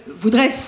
voudrais